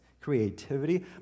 creativity